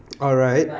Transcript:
alright